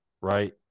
right